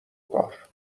کار